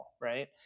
Right